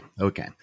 Okay